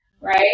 Right